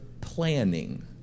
planning